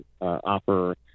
offer